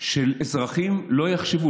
שאזרחים לא יחשבו,